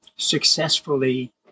successfully